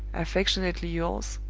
affectionately yours,